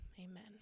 Amen